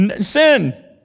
sin